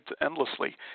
endlessly